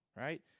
right